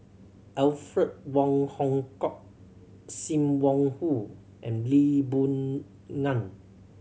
Alfred Wong Hong Kwok Sim Wong Hoo and Lee Boon Ngan